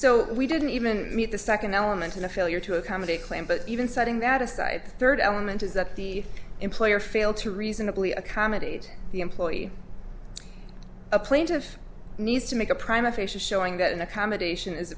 so we didn't even meet the second element in the failure to accommodate claim but even setting that aside third element is that the employer failed to reasonably accommodate the employee a plaintiff needs to make a prime official showing that an accommodation is